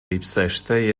lipsește